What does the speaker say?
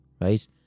Right